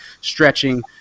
stretching